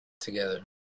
together